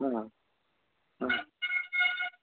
হ্যাঁ হ্যাঁ